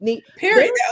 Period